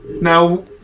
Now